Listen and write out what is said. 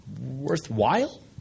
worthwhile